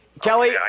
Kelly